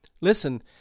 listen